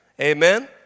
Amen